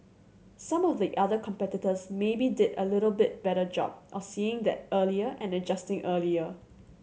some of the other competitors maybe did a little bit better job of seeing that earlier and adjusting earlier